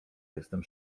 jestem